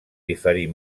diferir